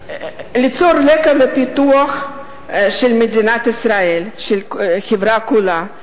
ליצור רקע לפיתוח של מדינת ישראל, של החברה כולה.